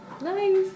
Nice